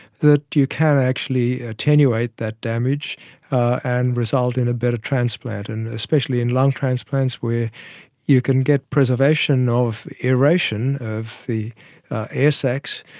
that you can actually attenuate that damage and result in a better transplant. and especially in lung transplants where you can get preservation of aeration, of the air sacs,